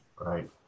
Right